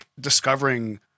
discovering